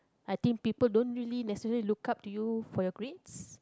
I think people don't usually necessarily look up to you for your grades